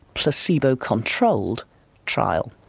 placebo-controlled trial.